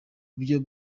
kubyo